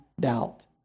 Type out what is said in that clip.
doubt